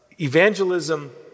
evangelism